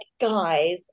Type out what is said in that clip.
guys